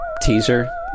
teaser